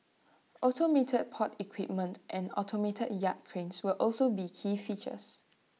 automated port equipment and automated yard cranes will also be key features